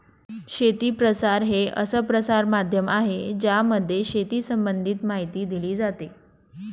शेती प्रसार हे असं प्रसार माध्यम आहे ज्यामध्ये शेती संबंधित माहिती दिली जाते